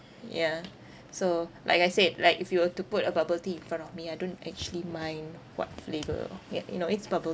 yeah so like I said like if you were to put a bubble tea in front of me I don't actually mind what flavour or ya you know it's bubble